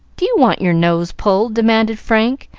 do you want your nose pulled? demanded frank,